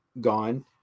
gone